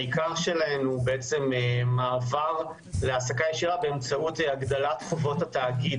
העיקר שלהם הוא בעצם מעבר להעסקה ישירה באמצעות הגדלת חובות התאגיד,